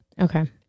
Okay